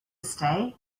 stay